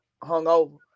hungover